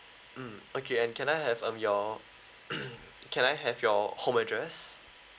mm okay and can I have um your can I have your home address